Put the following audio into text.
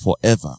forever